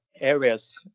areas